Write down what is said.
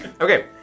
Okay